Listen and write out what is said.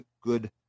good